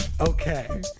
Okay